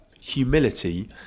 Humility